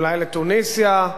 אולי לתוניסיה,